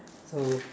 so